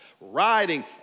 riding